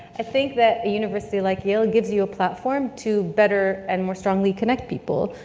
i think that a university like yale gives you a platform to better and more strongly connect people,